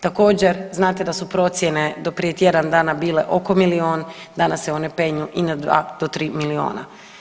Također znate da su procjene do prije tjedan dana bile oko milion, danas se one penju i na 2 do 3 miliona.